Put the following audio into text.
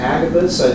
Agabus